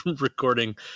recording